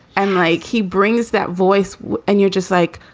and like, he brings that voice and you're just like,